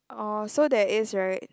oh so there is [right]